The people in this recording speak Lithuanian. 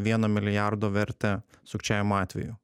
vieno milijardo vertę sukčiavimo atvejų